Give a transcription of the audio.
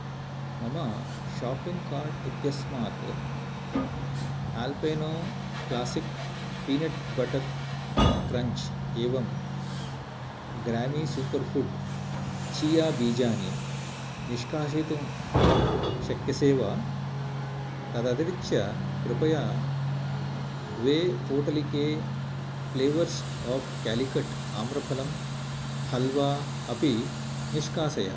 मम shopping cart इत्यस्मात् आप्लेनो क्लासिक् पीनट् बटर् क्रञ्च् एवं ग्रामी सूपर् फुड् चीया बीजानि निष्कासयितुं शक्यसे वा तदतिरिच्य कृपया द्वे पोटलिके फ्लेवर्स् आफ् कालिकट् आम्रफलं हल्वा अपि निष्कासय